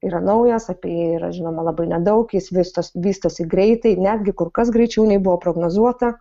yra naujas apie jį yra žinoma labai nedaug jis vystos vystosi greitai netgi kur kas greičiau nei buvo prognozuota